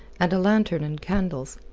and a lantern and candles.